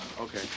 okay